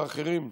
ואחרים.